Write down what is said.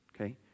Okay